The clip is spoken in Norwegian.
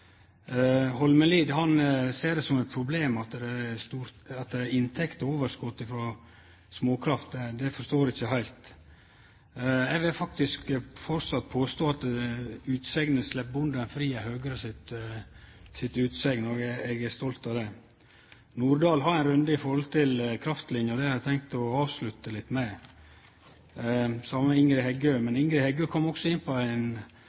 ser det som eit problem at det er inntektsoverskot frå småkraft. Det forstår eg ikkje heilt. Eg vil faktisk framleis påstå at utsegna «Slipp bonden fri!» er Høgre si utsegn, og eg er stolt av det. Representanten Lange Nordahl hadde ein runde om kraftlinjer, og det har eg tenkt å avslutte med. Ingrid Heggø var inne på det same, men ho kom også inn på